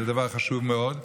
זה דבר חשוב מאוד.